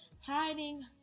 Hiding